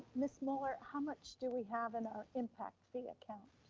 ms. muller, how much do we have in ah impact fee account?